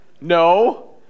no